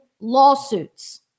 lawsuits